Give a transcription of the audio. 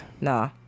nah